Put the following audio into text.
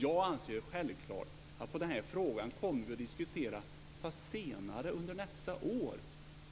Jag anser självklart att vi skall diskutera den här frågan, men senare, under nästa år.